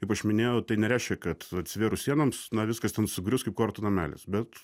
kaip aš minėjau tai nereiškia kad atsivėrus sienoms na viskas ten sugrius kaip kortų namelis bet